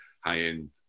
high-end